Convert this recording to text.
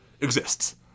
exists